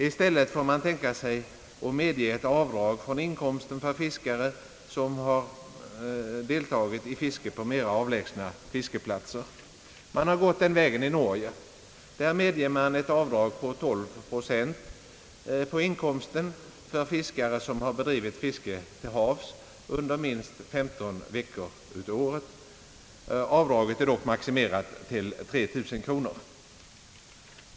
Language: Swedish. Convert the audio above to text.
I stället får man tänka sig att medge ett avdrag från inkomsten för fiskare som har deltagit i fiske på mera avlägsna fiskeplatser. Man har gått den vägen i Norge. Där medger man ett avdrag med 12 procent på inkomsten för fiskare som har bedrivit fiske till havs under minst 15 veckor av året. Avdraget är dock maximerat till 3 000 kronor.